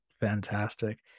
Fantastic